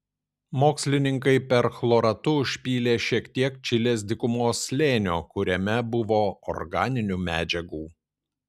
mokslininkai perchloratu užpylė šiek tiek čilės dykumos slėnio kuriame buvo organinių medžiagų